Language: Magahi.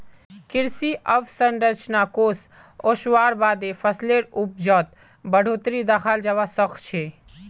कृषि अवसंरचना कोष ओसवार बादे फसलेर उपजत बढ़ोतरी दखाल जबा सखछे